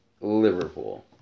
Liverpool